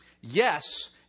Yes